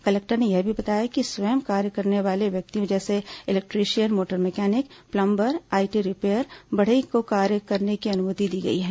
collector ने यह भी बताया कि स्वयं कार्य करने वाले व्यक्तियों जैसे कि electrician motor mechanic plumber IT repair बढई को कार्य करने की अनुमति दी गई है